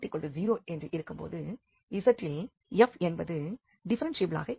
z≠0 என்று இருக்கும்போது z இல் f என்பது டிஃப்ஃபெரென்ஷியபிளாக இல்லை